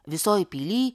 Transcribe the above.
visoj pily